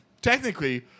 technically